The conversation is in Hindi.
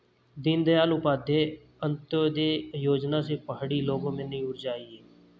दीनदयाल उपाध्याय अंत्योदय योजना से पहाड़ी लोगों में नई ऊर्जा आई है